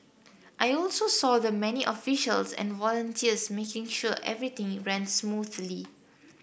I also saw the many officials and volunteers making sure everything ran smoothly